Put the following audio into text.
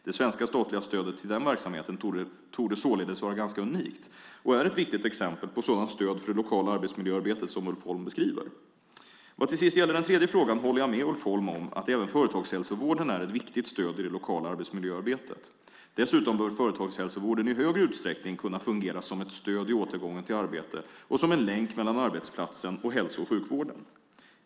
Det svenska statliga stödet till den verksamheten torde således vara ganska unikt och är ett viktigt exempel på sådant stöd för det lokala arbetsmiljöarbetet som Ulf Holm beskriver. Vad till sist gäller den tredje frågan håller jag med Ulf Holm om att även företagshälsovården är ett viktigt stöd i det lokala arbetsmiljöarbetet. Dessutom bör företagshälsovården i större utsträckning kunna fungera som ett stöd i återgången till arbete och som en länk mellan arbetsplatsen och hälso och sjukvården.